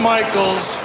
Michaels